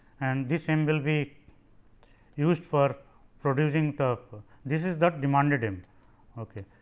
and this m will be used for producing the this is not demanded m ok.